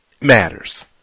matters